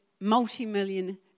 multi-million